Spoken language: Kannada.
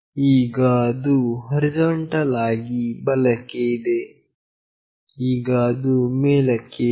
ಈಗ ಅದು ಹೊರಿಜಾಂಟಲ್ ಆಗಿ ಬಲಕ್ಕೆ ಇದೆ ಈಗ ಅದು ಮೇಲಕ್ಕೆ ಇದೆ